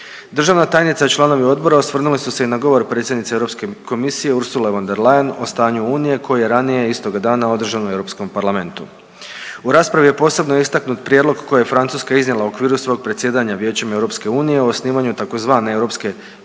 Državna tajnica i članovi odbora osvrnuli su se i na govor predsjednice Europske komisije Ursule von der Leyen o stanju unije koje je ranije istog dana održano u Europskom parlamentu. U raspravi je posebno istaknut prijedlog koji je Francuska iznijela u okviru svog predsjedanja Vijećem EU o osnivanju tzv. Europske političke